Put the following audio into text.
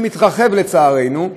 שמתרחב לצערנו,